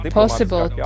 possible